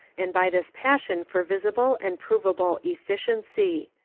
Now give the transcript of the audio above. and by this passion for visible and provable efficiency.